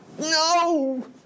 No